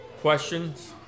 Questions